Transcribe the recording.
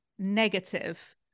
negative